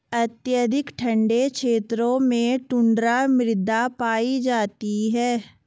अत्यधिक ठंडे क्षेत्रों में टुण्ड्रा मृदा पाई जाती है